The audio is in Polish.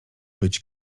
być